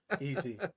Easy